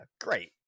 great